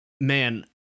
man